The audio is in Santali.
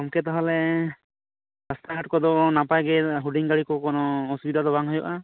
ᱜᱚᱢᱠᱮ ᱛᱟᱦᱚᱞᱮ ᱨᱟᱥᱛᱟ ᱜᱷᱟᱴ ᱠᱚᱫᱚ ᱱᱟᱯᱟᱭ ᱜᱮ ᱦᱩᱰᱤᱧ ᱜᱟᱹᱲᱤ ᱠᱚ ᱠᱚᱱᱚ ᱚᱥᱩᱵᱤᱫᱷᱟ ᱫᱚ ᱵᱟᱝ ᱦᱩᱭᱩᱜᱼᱟ